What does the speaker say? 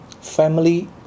family